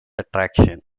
attraction